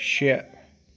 شےٚ